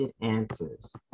answers